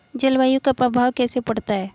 जलवायु का प्रभाव कैसे पड़ता है?